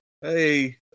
hey